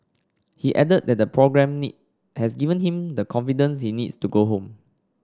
he added that the programme has given him the confidence he needs to go home